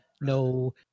No